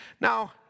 Now